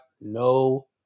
no